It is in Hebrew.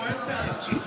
היא כועסת עליי עכשיו.